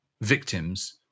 victims